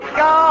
go